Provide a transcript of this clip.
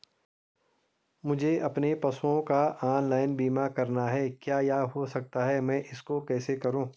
मुझे अपने पशुओं का ऑनलाइन बीमा करना है क्या यह हो सकता है मैं इसको कैसे करूँ?